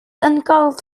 uncalled